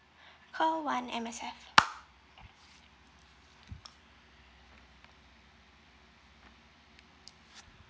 call one M_S_F